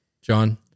John